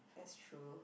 that's true